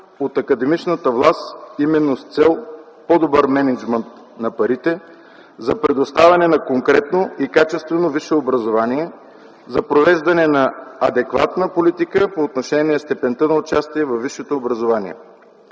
от академичната власт именно с цел – по-добър мениджмънт на парите, за предоставяне на конкретно и качествено висше образование, за провеждане на адекватна политика по отношение степента на участие във висшето образование.